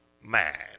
man